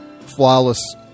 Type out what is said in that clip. flawless